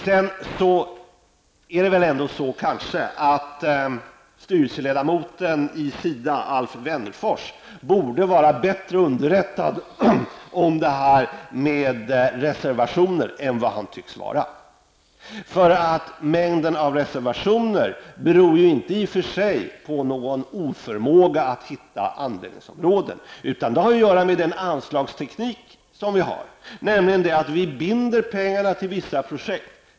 Det är väl ändå så att styrelseledamoten i SIDA Alf Wennerfors borde vara bättre underrättad om reservationer än vad han tycks vara. Mängden reservationer beror i och för sig inte på någon oförmåga att hitta användningsområden, utan det har att göra med anslagstekniken. Den innebär att man binder pengarna till vissa projekt.